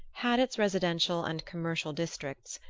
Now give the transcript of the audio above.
had its residential and commercial districts,